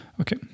Okay